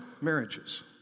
marriages